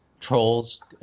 trolls